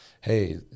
hey